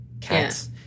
cats